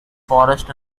forest